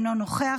אינו נוכח,